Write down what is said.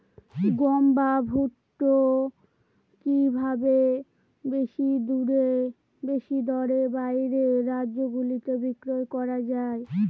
গম বা ভুট্ট কি ভাবে বেশি দরে বাইরের রাজ্যগুলিতে বিক্রয় করা য়ায়?